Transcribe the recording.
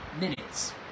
minutes